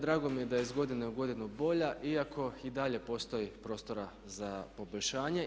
Drago mi je da je iz godine u godinu bolja, iako i dalje postoji prostora za poboljšanje.